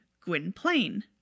Gwynplaine